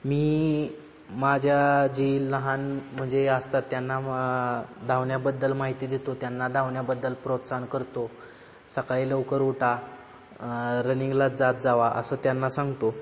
मी माझ्या जी लहान म्हणजे असतात त्यांना धावण्याबद्दल माहिती देतो त्यांना धावण्याबद्दल प्रोत्साहन करतो सकाळी लवकर उठा रनिंगला जात जावा असं त्यांना सांगतो